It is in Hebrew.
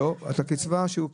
לא, את הקצבה שהוא קיבל.